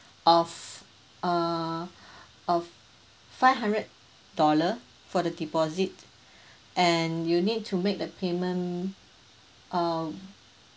of err of five hundred dollar for the deposit and you need to make the payment um